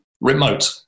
remote